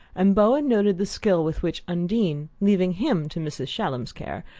and bowen noted the skill with which undine, leaving him to mrs. shallum's care,